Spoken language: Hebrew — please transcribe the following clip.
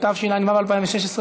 התשע"ו 2016,